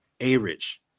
A-Rich